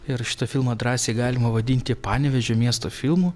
ir šitą filmą drąsiai galima vadinti panevėžio miesto filmu